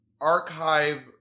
archive